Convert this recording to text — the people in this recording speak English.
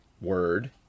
word